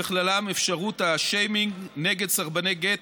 ובכללם אפשרות השיימינג כנגד סרבני גט,